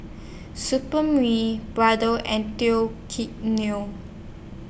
Supreme Brother and Teo Kae Neo